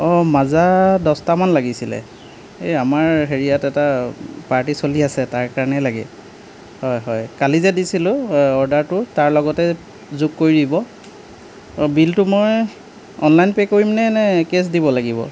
অ' মাজা দছটা মান লাগিছিলে এ আমাৰ হেৰিয়াত এটা পাৰ্টি চলি আছে তাৰ কাৰণেই লাগে হয় হয় কালি যে দিছিলো অ' অৰ্ডাৰটো তাৰ লগতেই যোগ কৰি দিব অ' বিলটো মই অনলাইন পে' কৰিমনে নে কেচ দিব লাগিব